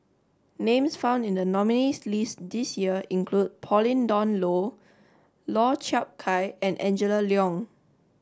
names found in the nominees' list this year include Pauline Dawn Loh Lau Chiap Khai and Angela Liong